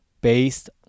based